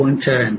4 ampere आहे